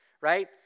right